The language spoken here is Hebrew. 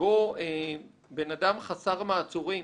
שבו בן אדם חסר מעצורים